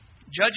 Judges